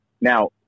Now